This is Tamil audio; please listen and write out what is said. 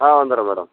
ஆ வந்துர்றேன் மேடம்